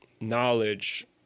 knowledge